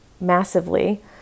massively